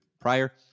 prior